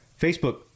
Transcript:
Facebook